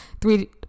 three